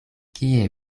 kie